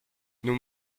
nous